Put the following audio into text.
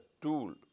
tool